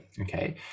okay